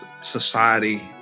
society